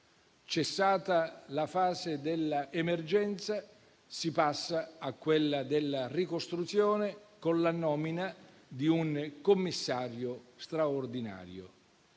Cessata la fase dell'emergenza, si passa a quella della ricostruzione con la nomina di un commissario straordinario.